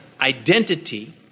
identity